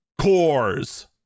cores